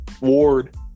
Ward